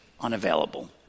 unavailable